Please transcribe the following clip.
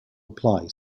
apply